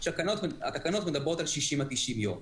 כאשר התקנות מדברות על 60 עד 90 יום.